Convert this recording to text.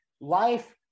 life